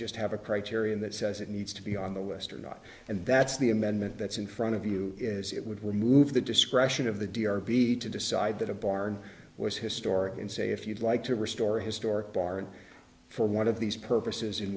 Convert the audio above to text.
just have a criterion the says it needs to be on the western not and that's the amendment that's in front of you is it would remove the discretion of the d r v to decide that a barn was historic and say if you'd like to restore historic barn for one of these purposes